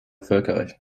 völkerrecht